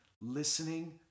listening